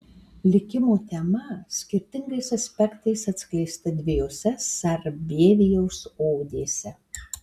likimo tema skirtingais aspektais atskleista dviejose sarbievijaus odėse